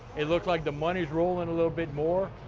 it looks like the money's rolling a little bit more.